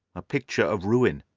a picture of ruin.